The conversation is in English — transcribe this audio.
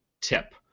tip